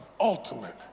ultimate